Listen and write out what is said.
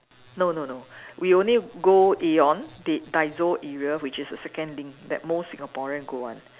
no no no we only go Aeon the Daiso area which is a second link that most Singaporean go one